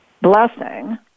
blessing